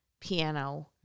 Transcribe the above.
piano